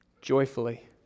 joyfully